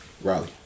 Riley